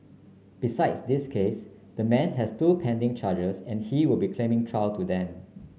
besides this case the man has two pending charges and he will be claiming trial to them